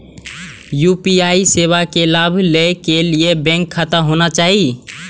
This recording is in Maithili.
यू.पी.आई सेवा के लाभ लै के लिए बैंक खाता होना चाहि?